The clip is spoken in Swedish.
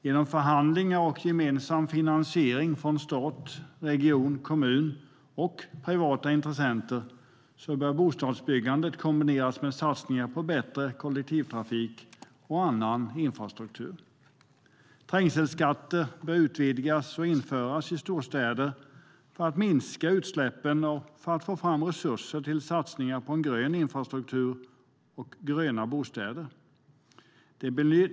Med hjälp av förhandlingar och gemensam finansiering från stat, region, kommun och privata intressenter bör bostadsbyggandet kombineras med satsningar på bättre kollektivtrafik och annan infrastruktur. Trängselskatter bör utvidgas och införas i storstäder för att minska utsläppen och få fram resurser till satsningar på grön infrastruktur och gröna bostäder.